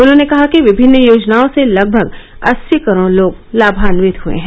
उन्होंने कहा कि विभिन्न योजनाओं से लगभग अस्सी करोड लोग लामांवित हए हैं